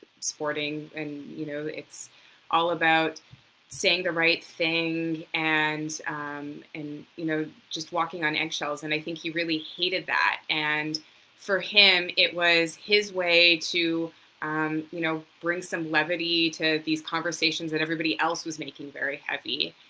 sporting and you know it's all about saying the right thing and and you know just walking on egg shells and i think he really hated that and for him, it was his way to um you know bring some levity to these conversations that everybody else was making very heavy,